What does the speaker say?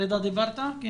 שלום לכולם.